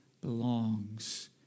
belongs